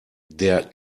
der